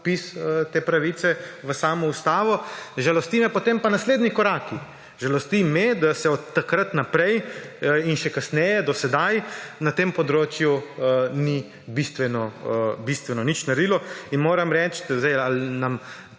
te pravice v samo ustavo. Žalostijo me pa potem naslednji koraki. Žalosti me, da se od takrat naprej in še kasneje, do sedaj na tem področju ni bistveno nič naredilo. Moram reči, ali nam